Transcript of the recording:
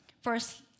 First